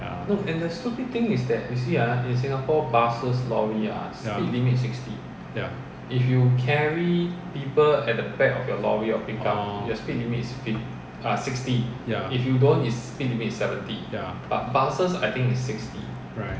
ya ya ya orh ya ya right